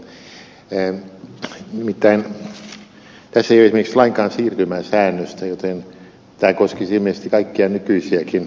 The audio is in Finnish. nimittäin tässä ei ole esimerkiksi lainkaan siirtymäsäännöstä joten tämä koskisi ilmeisesti kaikkia nykyisiäkin asuntolainoja